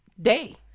day